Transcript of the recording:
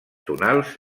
tonals